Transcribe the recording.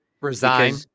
Resign